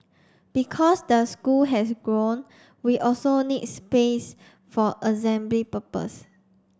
because the school has grown we also need space for assembly purpose